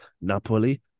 Napoli